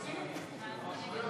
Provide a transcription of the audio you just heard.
סעיפים 1